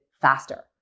faster